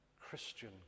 Christian